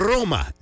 Roma